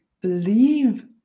believe